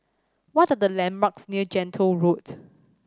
what are the landmarks near Gentle Road